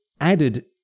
added